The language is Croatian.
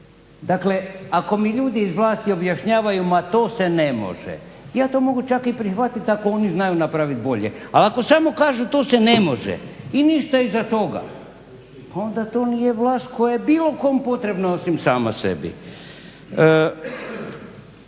Dakle ako mi ljudi iz vlasti objašnjavaju ma to se ne može, ja to mogu čak i prihvatiti ako oni znaju napraviti bolje. Ali ako samo kažu to se ne može i ništa iza toga, onda to nije vlast koja je bilo kome potrebna osim sama sebi.